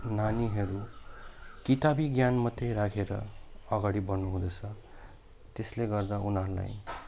नानीहरू किताबी ज्ञान मात्र राखेर अगाडि बढ्नु हुँदैछ त्यसले गर्दा उनीहरूलाई